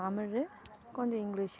தமிழ் கொஞ்சம் இங்கிலிஷு